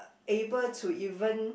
able to even